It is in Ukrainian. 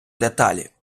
деталі